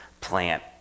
plant